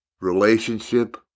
relationship